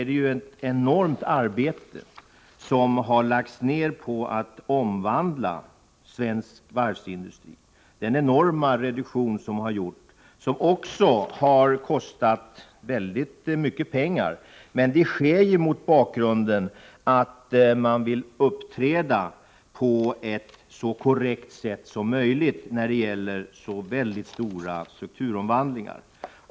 Det är ett enormt arbete som har lagts ner på att omvandla svensk varvsindustri. Den enorma reduktion som gjorts har också kostat mycket pengar. Men detta sker mot bakgrund av att man vill uppträda på ett så korrekt sätt som möjligt när det gäller så stora strukturomvandlingar.